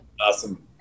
Awesome